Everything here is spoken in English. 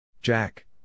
Jack